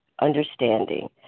understanding